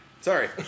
Sorry